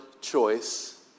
choice